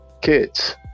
kids